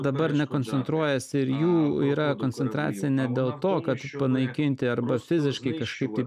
dabar nekoncentruojasi ir jų yra koncentracija ne dėl to kad panaikinti arba fiziškai kažkaip taip